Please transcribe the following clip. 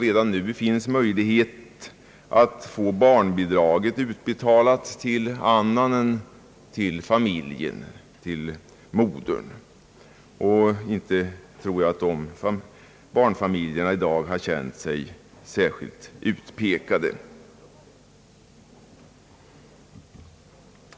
Redan nu finns det möjligheter att få barnbidraget utbetalat till annan än till modern. Jag tror inte att de barnfamiljer som använt sig av denna möjlighet i dag känt sig mera utpekade.